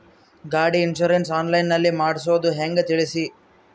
ಗಾಡಿ insurance online ನಲ್ಲಿ ಮಾಡ್ಸೋದು ಹೆಂಗ ತಿಳಿಸಿ?